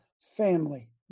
family